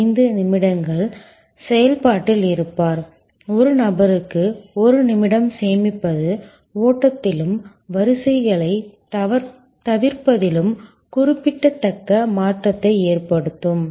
75 நிமிடங்கள் செயல்பாட்டில் இருப்பார் ஒரு நபருக்கு 1 நிமிடம் சேமிப்பது ஓட்டத்திலும் வரிசைகளைத் தவிர்ப்பதிலும் குறிப்பிடத்தக்க மாற்றத்தை ஏற்படுத்தும்